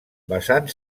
basant